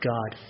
God